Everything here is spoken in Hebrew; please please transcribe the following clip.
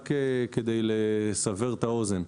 רק כדי לסבר את האוזן,